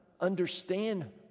understand